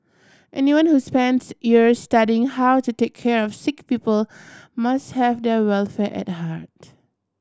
anyone who spends years studying how to take care of sick people must have their welfare at a heart